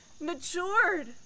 matured